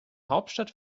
hauptstadt